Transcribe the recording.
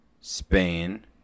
Spain